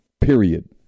Period